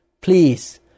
Please